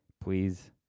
please